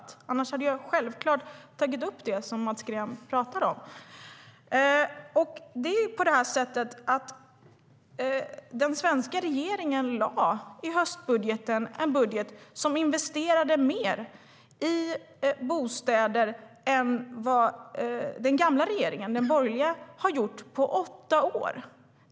Om det hade varit det hade jag självklart tagit upp det som Mats Green talade om. Den svenska regeringen lade i och med höstbudgeten en budget där man investerade mer i bostäder än vad den gamla, borgerliga, regeringen har gjort på åtta år.